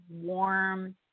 warm